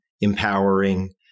empowering